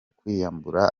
kwiyambura